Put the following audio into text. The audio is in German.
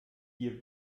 hier